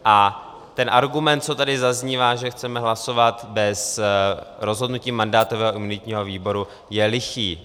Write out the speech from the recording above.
A ten argument, co tady zaznívá, že chceme hlasovat bez rozhodnutí mandátového a imunitního výboru, je lichý.